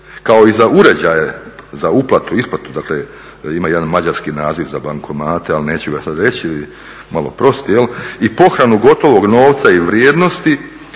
kao i za uređaje za uplatu i isplatu, dakle ima jedan mađarski naziv za bankomate ali neću ga sad reći jer je malo prost, i pohranu gotovog novca i vrijednosti